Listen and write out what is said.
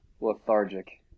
Lethargic